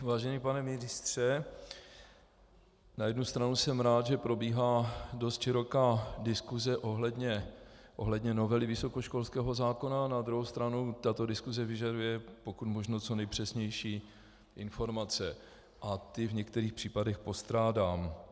Vážený pane ministře, na jednu stranu jsem rád, že probíhá dost široká diskuse ohledně novely vysokoškolského zákona, na druhou stranu tato diskuse vyžaduje pokud možno co nejpřesnější informace a ty v některých případech postrádám.